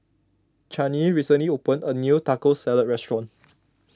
Chanie recently opened a new Taco Salad restaurant